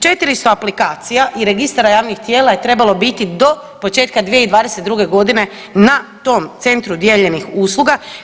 400 aplikacija i registara javnih tijela je trebalo biti do početka 2022. godine na tom centru dijeljenih usluga.